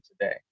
today